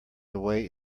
away